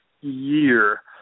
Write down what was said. year